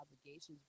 obligations